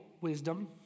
wisdom